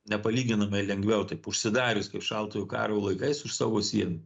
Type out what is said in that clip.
nepalyginamai lengviau taip užsidarius kaip šaltojo karo laikais už savo sienų